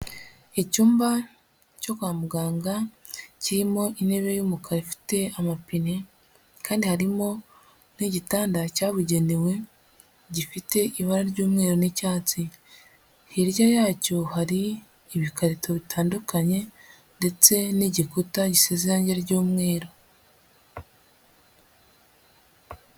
Icyumba cyo kwa muganga kirimo intebe y'umukara ifite amapine kandi harimo n'igitanda cyabugenewe, gifite ibara ry'umweru n'icyatsi. Hirya yacyo hari ibikarito bitandukanye ndetse n'igikuta gisize irange ry'umweru.